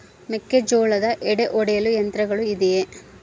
ಮೆಕ್ಕೆಜೋಳದ ಎಡೆ ಒಡೆಯಲು ಯಂತ್ರಗಳು ಇದೆಯೆ?